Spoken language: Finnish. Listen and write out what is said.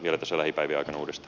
arvoisa herra puhemies